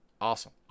Awesome